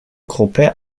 gruppe